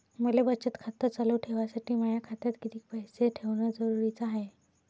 मले बचत खातं चालू ठेवासाठी माया खात्यात कितीक पैसे ठेवण जरुरीच हाय?